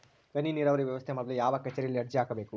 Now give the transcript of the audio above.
ಹನಿ ನೇರಾವರಿ ವ್ಯವಸ್ಥೆ ಮಾಡಲು ಯಾವ ಕಚೇರಿಯಲ್ಲಿ ಅರ್ಜಿ ಹಾಕಬೇಕು?